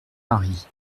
marie